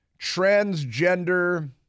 transgender